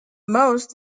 most